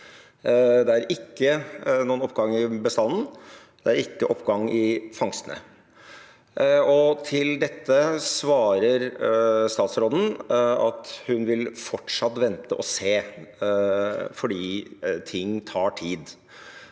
Det er ikke noen oppgang i bestanden, det er ikke oppgang i fangstene. Til dette svarer statsråden at hun fortsatt vil vente og se fordi ting tar tid.